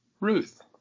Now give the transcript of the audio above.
Ruth